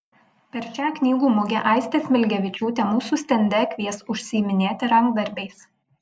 per šią knygų mugę aistė smilgevičiūtė mūsų stende kvies užsiiminėti rankdarbiais